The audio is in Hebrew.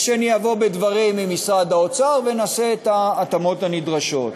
ושאני אבוא בדברים עם משרד אוצר ונעשה את ההתאמות הנדרשות.